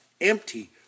empty